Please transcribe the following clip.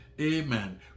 Amen